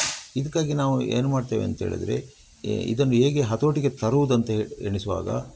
ಇದ್ಕಾಗಿ ನಾವು ಏನು ಮಾಡ್ತೇವೆ ಅಂಥೇಳಿದ್ರೆ ಎ ಇದನ್ನು ಹೇಗೆ ಹತೋಟಿಗೆ ತರೋದು ಅಂತ ಹೆ ಎಣಿಸುವಾಗ